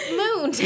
moon